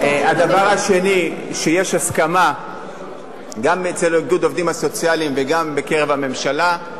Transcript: הדבר השני שיש הסכמה גם אצל איגוד העובדים הסוציאליים וגם בקרב הממשלה,